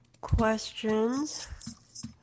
questions